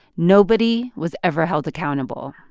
nobody was ever held accountable.